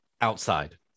outside